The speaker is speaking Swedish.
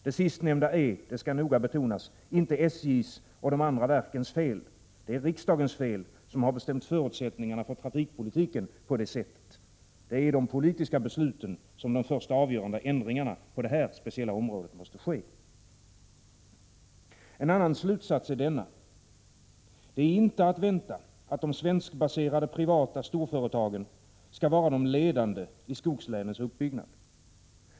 Det sistnämnda är — det skall noga betonas — inte SJ:s och de andra verkens fel. Det är riksdagens fel, som har bestämt förutsättningarna för trafikpolitiken på det sättet. Det är i de politiska besluten som de första avgörande ändringarna på detta speciella område måste ske. En annan slutsats är denna: Det är inte att vänta att de svenskbaserade privata storföretagen skall vara de ledande i skogslänens uppbyggnad.